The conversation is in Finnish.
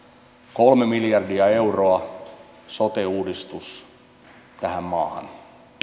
kolme miljardia euroa sote uudistus tähän maahan